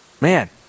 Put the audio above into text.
Man